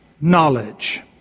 knowledge